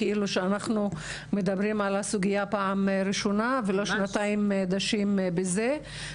כאילו שאנחנו מדברים על הסוגיה פעם ראשונה ולא שנתיים דשים בזה.